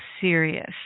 serious